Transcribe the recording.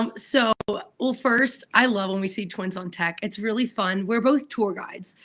um so, well, first i love when we see twins on tech, it's really fun, we're both tour guides.